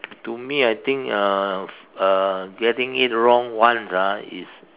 to me I think uh uh getting it wrong once ah is